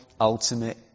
ultimate